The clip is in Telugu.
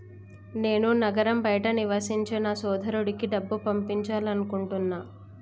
నేను నగరం బయట నివసించే నా సోదరుడికి డబ్బు పంపాలనుకుంటున్నా